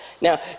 Now